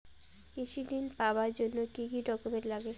কৃষি ঋণ পাবার জন্যে কি কি ডকুমেন্ট নাগে?